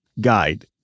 guide